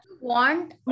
want